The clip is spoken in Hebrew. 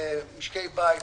למשקי בית